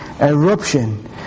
eruption